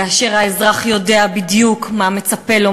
כאשר האזרח יודע בדיוק מה מצפה לו,